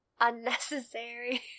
Unnecessary